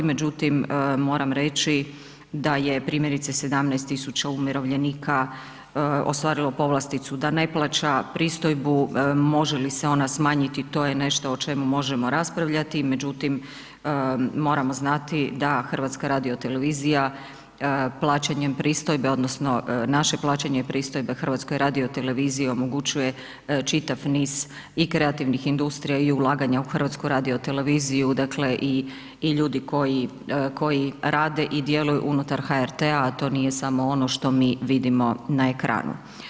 Međutim, moram reći da je primjerice 17 000 umirovljenika ostvarilo povlasticu da ne plaća pristojbu, može li se ona smanjiti, to je nešto o čemu možemo raspravljati, međutim, moramo znati da HRT plaćanjem pristojbe odnosno naše plaćanje pristojbe HRT-u omogućuje čitav niz i kreativnih industrija i ulaganja u HRT, dakle, i ljudi koji rade i djeluju unutar HRT-a, a to nije samo ono što mi vidimo na ekranu.